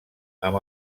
amb